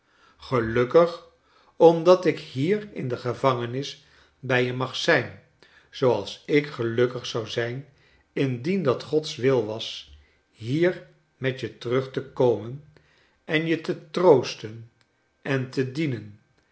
gelukkig omdat ik hier in de gevangenis bij je mag zijn zooals ik gelukkig zou zijn indien dat gods wil was hier met je terug te komen en je te troosten en te dienen